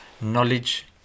knowledge